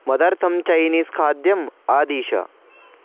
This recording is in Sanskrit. मदर्थं चैनीस् खाद्यम् आदिश